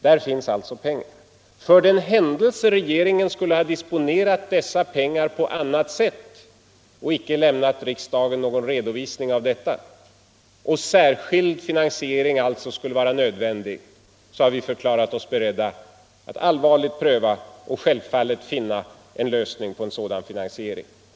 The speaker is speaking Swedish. För det andra har vi förklarat att om regeringen skulle ha disponerat dessa pengar på annat sätt och inte lämnat riksdagen någon redovisning av detta, varigenom särskild finansiering alltså skulle vara nödvändig, så är vi beredda att pröva och självfallet finna en lösning.